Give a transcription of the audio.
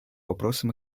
вопросам